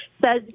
says